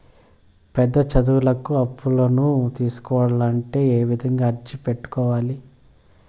పెద్ద చదువులకు అప్పులను తీసుకోవాలంటే ఏ విధంగా అర్జీ పెట్టుకోవాలి?